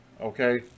okay